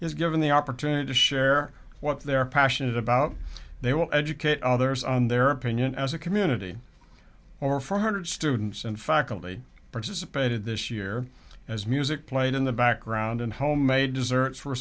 is given the opportunity to share what they're passionate about they will educate others on their opinion as a community or four hundred students and faculty participated this year as music played in the background and homemade desserts were